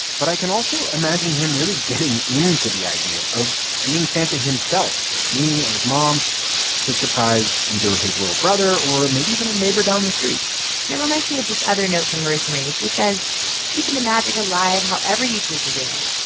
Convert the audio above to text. but i can also imagine him really getting into the idea of being santa himself with me and his mom to surprise either his little brother or maybe even a neighbor down the street and that reminds me of this other note from rosemarie. she says keeping the magic alive, however you choose to do it,